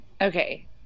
Okay